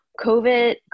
COVID